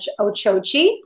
Ochochi